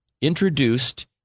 introduced